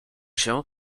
się